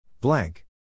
Blank